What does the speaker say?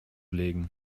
legen